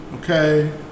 okay